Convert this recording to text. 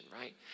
right